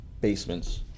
Basements